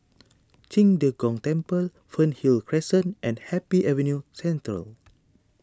Qing De Gong Temple Fernhill Crescent and Happy Avenue Central